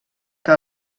que